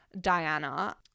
diana